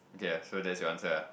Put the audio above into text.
okay so that's your answer ah